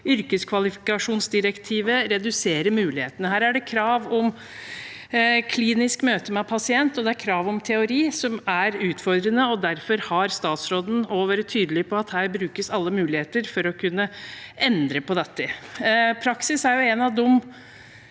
yrkeskvalifikasjonsdirektivet reduserer mulighetene. Her er det krav om klinisk møte med pasient og krav om teori som er utfordrende, og derfor har statsråden også vært tydelig på at her brukes alle muligheter for å kunne endre på dette. Praksis er en av de